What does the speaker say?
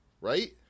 Right